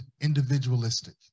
individualistic